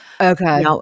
Okay